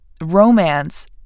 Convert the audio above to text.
romance